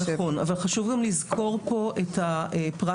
נכון אבל חשוב גם לזכור כאן את הפרקטיקה.